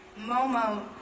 Momo